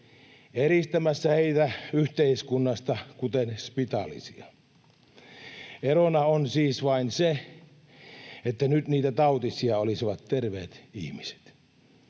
eristämässä heitä yhteiskunnasta kuten spitaalisia. Erona on siis vain se, että nyt niitä tautisia olisivat terveet ihmiset.